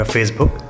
Facebook